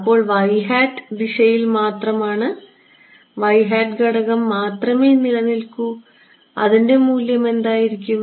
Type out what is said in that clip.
അപ്പോൾ ദിശയിൽ മാത്രമാണ് ഘടകം മാത്രമേ നിലനിൽക്കൂ അതിന്റെ മൂല്യം എന്തായിരിക്കും